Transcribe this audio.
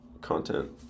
content